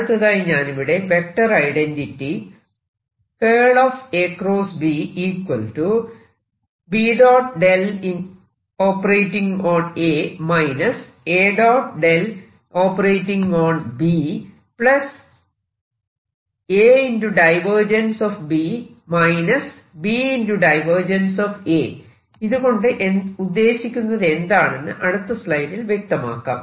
അടുത്തതായി ഞാനിവിടെ vector identity ഇതുകൊണ്ട് ഉദ്ദേശിക്കുന്നതെന്താണെന്ന് അടുത്ത സ്ലൈഡിൽ വ്യക്തമാക്കാം